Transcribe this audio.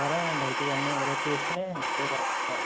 సరే అండి అయితే ఇవన్నీ రేపు తీసుకుని రేపు వస్తానండి